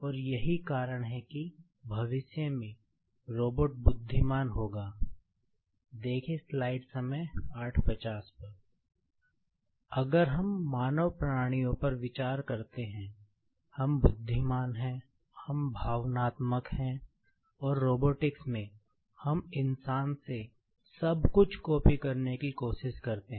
और यही कारण है कि भविष्य में रोबोट डिजाइन और विकसित करने की कोशिश कर रहे हैं